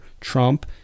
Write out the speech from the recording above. Trump